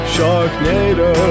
Sharknado